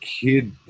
kid